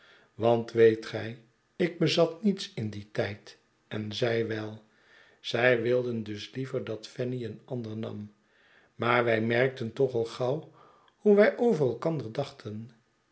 want weet gij ik bezat niets in dien tijd en zij wel zij wilden dus liever dat fanny een ander nam maar wij merkten toch al gauw hoe wij over elkander dachten